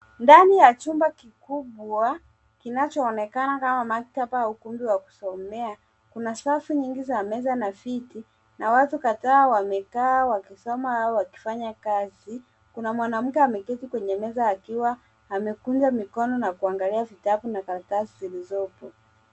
Ndani ya chumba kikubwa kinachoonekana kama maktaba au ukumbi wa kusomea, kuna safu nyingi za meza na viti na watu kadhaa wamekaa wakisoma au wakifanya kazi. Kuna mwanamke ameketi kwa meza akiwa amekuja mikono na kuangalia vitabu na karatasi zilizopo.